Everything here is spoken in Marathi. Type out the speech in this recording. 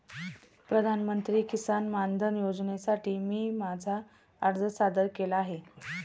प्रधानमंत्री किसान मानधन योजनेसाठी मी माझा अर्ज सादर केला आहे